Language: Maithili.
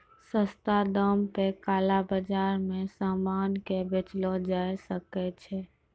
सस्ता दाम पे काला बाजार मे सामान के बेचलो जाय सकै छै